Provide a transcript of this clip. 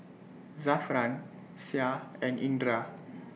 Zafran Syah and Indra